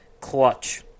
Clutch